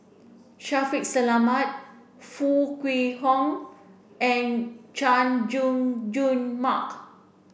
Shaffiq Selamat Foo Kwee Horng and Chay Jung Jun Mark